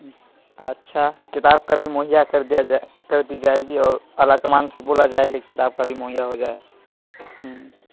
اچھا کتاب کا بھی مہیا کر دیا جائے کر دی جائے گی اور اعلیٰ کمان سے بولا جائے گا کہ کتاب کا بھی مہیا ہو جائے ہوں